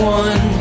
one